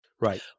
Right